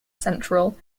central